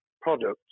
products